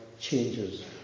changes